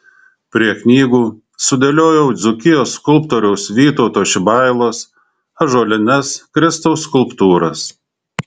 prie knygų sudėliojau dzūkijos skulptoriaus vytauto šibailos ąžuolines kristaus skulptūras